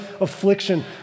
affliction